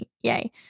Yay